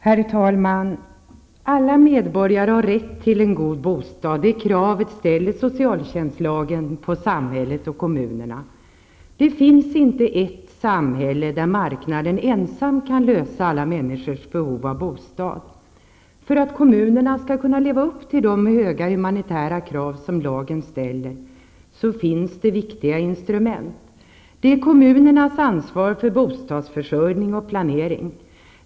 Herr talman! Alla medborgare har rätt till en god bostad. Det kravet ställer socialtjänstlagen på samhället och kommunerna. Det finns inte ett samhälle där marknaden ensam kan tillfredsställa alla människors behov av bostad. För att kommunerna skall kunna leva upp till de höga humanitära krav som lagen ställer finns det viktiga instrument: Det är kommunernas ansvar för bostadsförsörjning och planering.